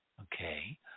okay